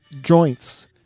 Joints